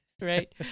right